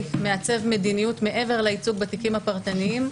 מעצב מדיניות מעבר לייצוג בתיקים הפרטניים.